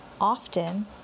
often